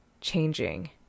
changing